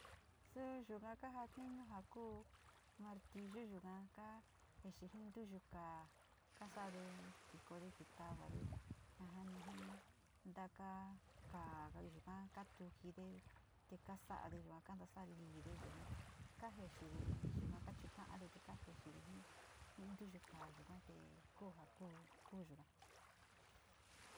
Suu yuga kajatiñu ku mortilu yuga kajixi jituyu kaa, kasade kikoyode kitavade ja jaa ni jii ntaka katujide te kasa´ade yua ja kaa na sa´a liide yugate kajeexide yuka kachuta´ade te kajeexide ji ntuyu kaa yuka te kuja ku, ku yuga.